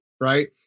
right